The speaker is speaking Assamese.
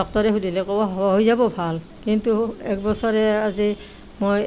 ডক্টৰে সুধিলে ক'ব হৈ যাব ভাল কিন্তু এক বছৰে আজি মই